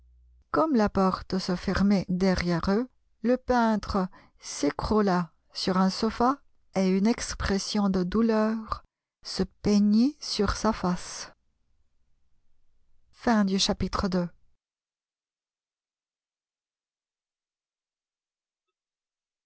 comme la porte se fermait derrière eux le peintre s'écroula sur un sofa et une expression de douleur se peignit sur sa face